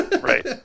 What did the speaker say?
right